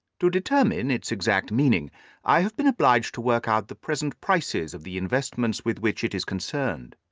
to determine its exact meaning i have been obliged to work out the present prices of the investments with which it is concerned.